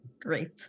Great